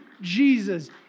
Jesus